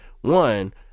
one